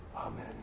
Amen